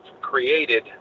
created